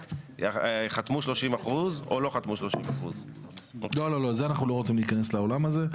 האם חתמו 30% או לא חתמו 30%. אנחנו לא רוצים להיכנס לעולם הזה.